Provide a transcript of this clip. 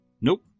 nope